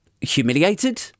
Humiliated